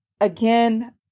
again